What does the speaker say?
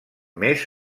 més